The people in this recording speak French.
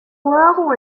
ont